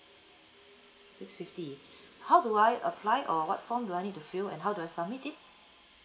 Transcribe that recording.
six fifty how do I apply or what form do I need to fill and how do I submit it